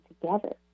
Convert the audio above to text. together